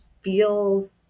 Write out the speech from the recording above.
feels